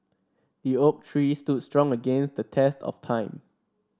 the oak tree stood strong against the test of time